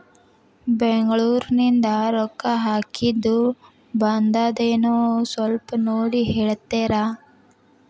ಬೆಂಗ್ಳೂರಿಂದ ರೊಕ್ಕ ಹಾಕ್ಕಿದ್ದು ಬಂದದೇನೊ ಸ್ವಲ್ಪ ನೋಡಿ ಹೇಳ್ತೇರ?